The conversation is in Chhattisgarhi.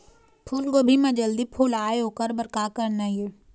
फूलगोभी म जल्दी फूल आय ओकर बर का करना ये?